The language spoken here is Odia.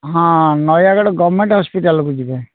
ହଁ ନୟାଗଡ଼ ଗଭର୍ଣ୍ଣମେଣ୍ଟ ହସ୍ପିଟାଲକୁ ଯିବେ